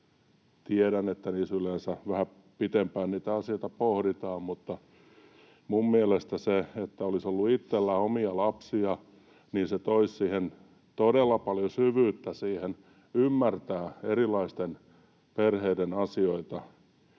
Tiedän, että niissä yleensä vähän pidempään niitä asioita pohditaan. Mutta minun mielestäni se, että olisi itsellä omia lapsia, toisi todella paljon syvyyttä ymmärtää erilaisten perheiden asioita.